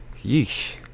yeesh